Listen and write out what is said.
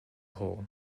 hole